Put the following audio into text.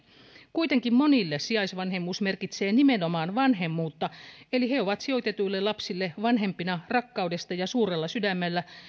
kuitenkin monille sijaisvanhemmuus merkitsee nimenomaan vanhemmuutta eli he ovat sijoitetuille lapsille vanhempina rakkaudesta ja suurella sydämellä